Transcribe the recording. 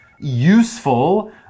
useful